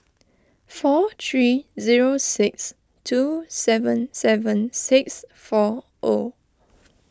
four three zero six two seven seven six four O